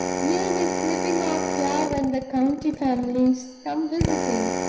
you'll be slipping off here when the county families come visiting,